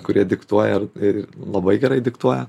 kurie diktuoja ir labai gerai diktuoja